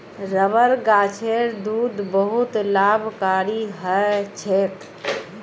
rubber गाछेर दूध बहुत लाभकारी ह छेक